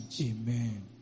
Amen